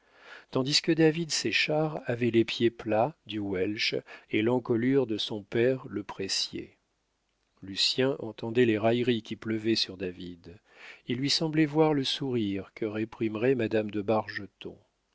tandis que david séchard avait les pieds plats du welche et l'encolure de son père le pressier lucien entendait les railleries qui pleuvraient sur david il lui semblait voir le sourire que réprimerait madame de